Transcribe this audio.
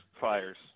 Fires